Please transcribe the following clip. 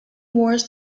wars